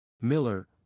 Miller